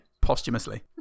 posthumously